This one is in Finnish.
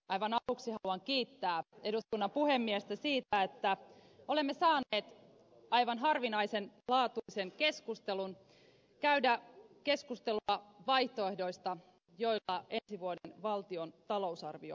aivan aluksi haluan kiittää eduskunnan puhemiestä siitä että olemme saaneet aivan harvinaislaatuisen tilaisuuden käydä keskustelua vaihtoehdoista joilla ensi vuoden valtion talousarvio järjestetään